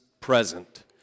present